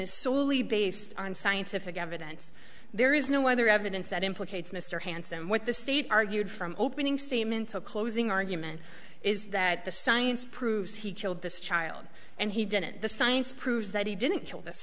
is solely based on scientific evidence there is no other evidence that implicates mr hanson what the state argued from opening semen so closing argument is that the science proves he killed this child and he didn't the science proves that he didn't kill this